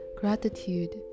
Gratitude